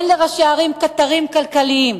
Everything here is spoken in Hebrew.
אין לראשי הערים קטרים כלכליים,